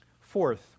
Fourth